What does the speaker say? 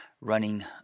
running